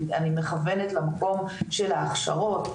מכוונת יותר למקום של הכשרות,